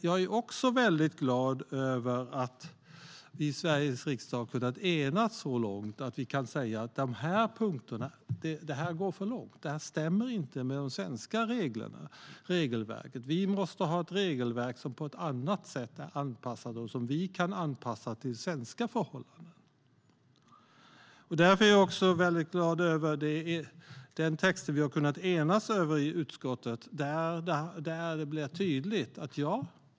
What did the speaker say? Jag är också väldigt glad över att vi i Sveriges riksdag har kunnat enas så långt att vi kan säga att det här går för långt. Det stämmer inte med de svenska reglerna. Vi måste ha ett regelverk som på annat sätt är anpassat till svenska förhållanden. Därför är jag glad över den text som vi i utskottet har kunnat enas om.